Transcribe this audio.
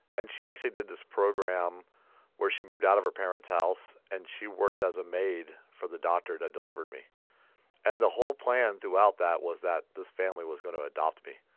and she actually did this program where she moved out of her parents' house and she worked as a maid for the doctor who delivered me and the whole plan throughout that was that this family was going to adopt me,